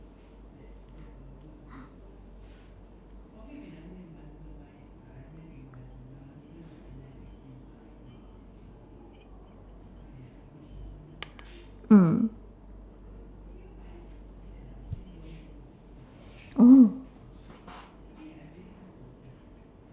mm oh